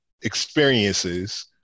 experiences